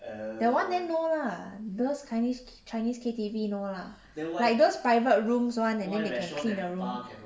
that one then no lah those chinese chinese K_T_V no lah like those private rooms [one] and then can clean the room